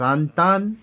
Santan